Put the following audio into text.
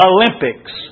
Olympics